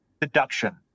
deduction